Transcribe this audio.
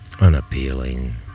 unappealing